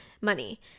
money